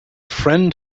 friend